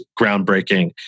groundbreaking